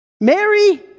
Mary